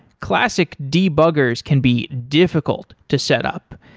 classic debuggers can be difficult to set up,